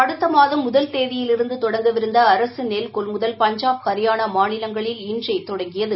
அடுத்த மாதம் முதல் தேதியிலிருந்து தொடங்கவிருந்த அரசு நெல் கொள்முதல் பஞ்சாப் ஹரியானா மாநிலங்களில் இன்றே தொடங்கியது